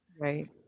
Right